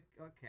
okay